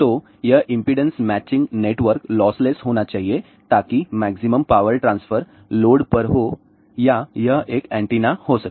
तो यह impedance matching network lossless होना चाहिए ताकि मैक्सिमम पावर ट्रांसफर लोड पर हो या यह एक एंटीनाहो सके